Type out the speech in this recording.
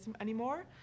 anymore